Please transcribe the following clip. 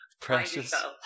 precious